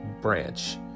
branch